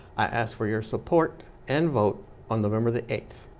i ask for your support and vote on november the eighth.